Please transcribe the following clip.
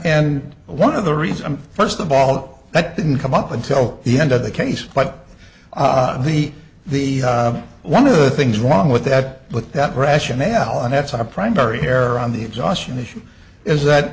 and one of the reasons first of all that didn't come up until the end of the case but the the one of the things wrong with that with that rationale and that's our primary error on the exhaustion issue is that